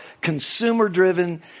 consumer-driven